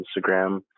Instagram